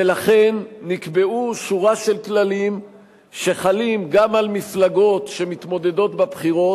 ולכן נקבעו שורה של כללים שחלים גם על מפלגות שמתמודדות בבחירות,